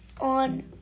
on